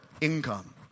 income